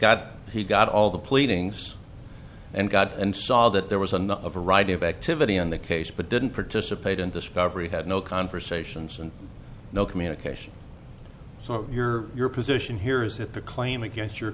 got he got all the pleadings and got and saw that there was a not a variety of activity on the case but didn't participate in discovery had no conversations and no communication so your your position here is that the claim against your